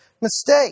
mistake